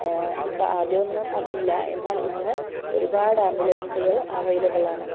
ഇപ്പം ആദ്യം ഒന്നും അത് ഇല്ല എന്നാൽ ഇന്ന് ഒരുപാട് ആംബുലൻസുകൾ അവൈലബിൾ ആണ്